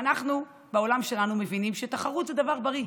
ואנחנו בעולם שלנו מבינים שתחרות זה דבר בריא.